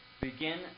begin